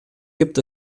gibt